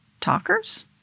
talkers